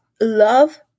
love